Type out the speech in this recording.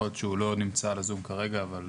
יכול להיות שהוא לא נמצא על הזום כרגע אבל